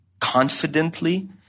confidently